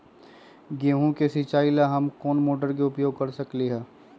गेंहू के सिचाई ला हम कोंन मोटर के उपयोग कर सकली ह?